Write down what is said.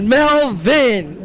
Melvin